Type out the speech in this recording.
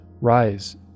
Rise